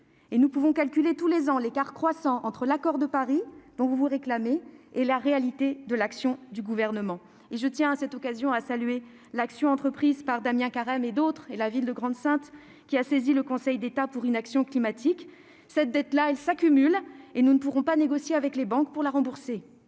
Nous pouvons calculer tous les ans l'écart croissant entre l'accord de Paris, dont vous vous réclamez, et la réalité de l'action du Gouvernement. Je tiens à saluer l'action entreprise par Damien Carême, alors maire de Grande-Synthe, qui avait saisi le Conseil d'État pour « inaction climatique ». Cette dette s'accumule et nous ne pourrons négocier avec les banques pour la rembourser.